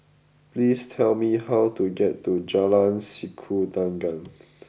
please tell me how to get to Jalan Sikudangan